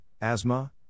asthma